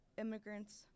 immigrants